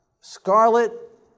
scarlet